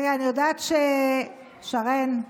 תראי, אני יודעת, שרן,